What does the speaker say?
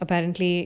apparently